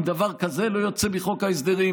אם דבר כזה לא יוצא מחוק ההסדרים,